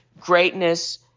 greatness